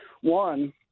one